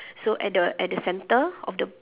so at the at the centre of the